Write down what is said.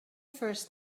first